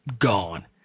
gone